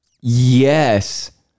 Yes